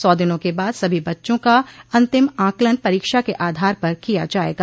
सौ दिनों के बाद सभी बच्चों का अंतिम आकलन परीक्षा के आधार पर किया जायेगा